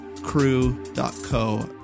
crew.co